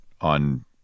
on